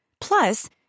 Plus